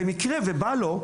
במקרה ובא לו,